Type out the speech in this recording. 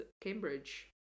cambridge